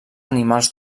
animals